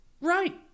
right